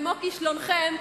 במו כישלונכם,